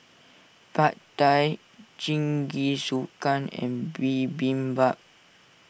Pad Thai Jingisukan and Bibimbap